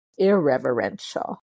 irreverential